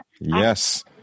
Yes